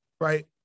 Right